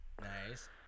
Nice